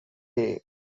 day